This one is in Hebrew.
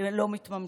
לא מתממשות.